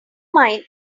mine